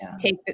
take